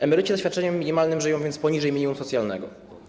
Emeryci na świadczeniu minimalnym żyją więc poniżej minimum socjalnego.